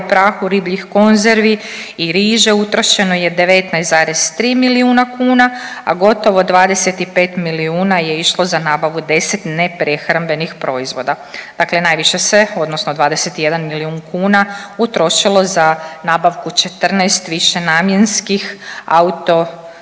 prahu, ribljih konzervi i riže utrošeno je 19,3 milijuna kuna, a gotovo 25 milijuna je išlo za nabavu 10 neprehrambenih proizvoda. Dakle, najviše se, odnosno 21 milijun kuna utrošilo za nabavku 14 višenamjenskih